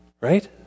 Right